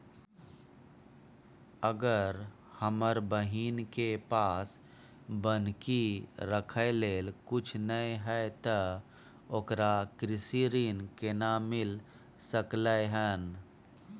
अगर हमर बहिन के पास बन्हकी रखय लेल कुछ नय हय त ओकरा कृषि ऋण केना मिल सकलय हन?